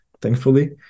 thankfully